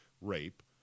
rape